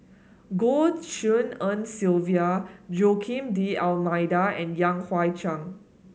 Goh Tshin En Sylvia Joaquim D'Almeida and Yan Hui Chang